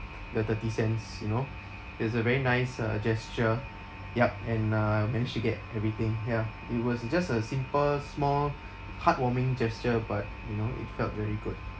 the thirty cents you know it's a very nice uh gesture yup and uh I managed to get everything ya it was just a simple small heartwarming gesture but you know it felt very good